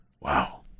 wow